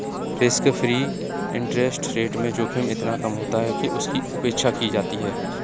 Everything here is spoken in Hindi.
रिस्क फ्री इंटरेस्ट रेट में जोखिम इतना कम होता है कि उसकी उपेक्षा की जाती है